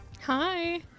Hi